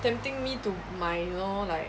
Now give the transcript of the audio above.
tempting me to 买 you know like